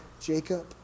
Jacob